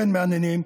כן מעניינים,